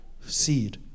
seed